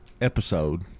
episode